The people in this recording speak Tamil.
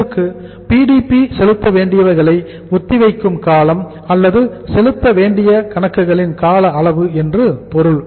இதற்கு PDP செலுத்த வேண்டியவைகளை ஒத்திவைக்கும் காலம் அல்லது செலுத்த வேண்டிய கணக்குகளின் கால அளவு என்று பொருள்